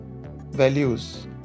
values